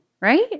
right